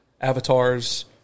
avatars